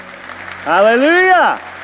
Hallelujah